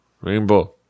rainbow